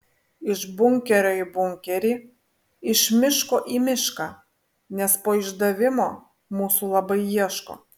iš bunkerio į bunkerį iš miško į mišką nes po išdavimo mūsų labai ieško